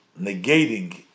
negating